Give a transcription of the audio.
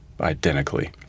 identically